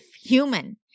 human